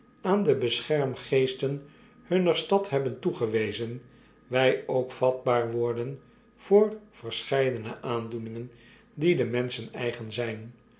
aan de beschermgeesten hunner stad hebben toegewezen wg ook vatbaar worden voor verscheidene aandoeningen die den menschen eigen ztjn